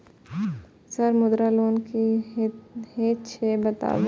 Sir Mudra loan की हे छे बताबू?